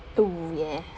to ya